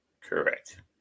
Correct